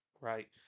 Right